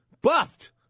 buffed